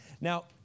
Now